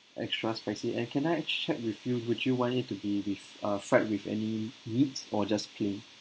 extra spicy and can I check with you would you want it to be with uh fried with any needs or just plain